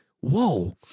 whoa